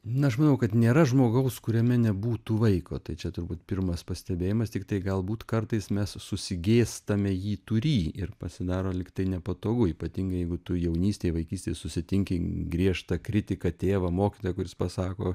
na aš manau kad nėra žmogaus kuriame nebūtų vaiko tai čia turbūt pirmas pastebėjimas tiktai galbūt kartais mes susigėstame jį turį ir pasidaro lyg tai nepatogu ypatingai jeigu tu jaunystėje vaikystėje susitinki griežtą kritiką tėvą mokytoją kuris pasako